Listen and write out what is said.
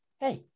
Hey